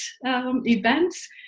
events